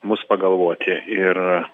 mus pagalvoti ir